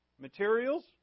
materials